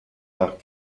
nach